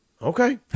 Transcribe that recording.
Okay